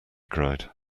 cried